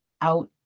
out